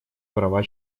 права